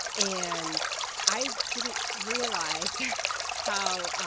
and i didn't realize how